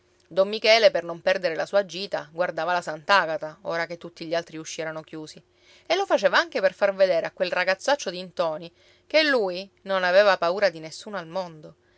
don michele per non perdere la sua gita guardava la sant'agata ora che tutti gli altri usci erano chiusi e lo faceva anche per far vedere a quel ragazzaccio di ntoni che lui non aveva paura di nessuno al mondo